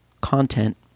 content